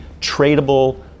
tradable